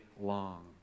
long